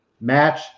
match